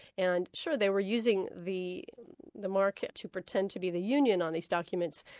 and sure, they were using the the mark to pretend to be the union on these documents,